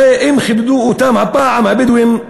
הרי אם כיבדו אותם הפעם, הבדואים,